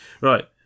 Right